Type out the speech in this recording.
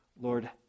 Lord